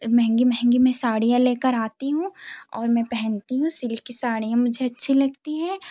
महँगी महँगी में साड़ियाँ लेकर आता हूँ और मैं पहनती हूँ सिल्की साड़ियाँ मुझे अच्छी लगती है